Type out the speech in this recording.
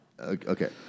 Okay